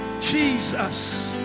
Jesus